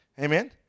Amen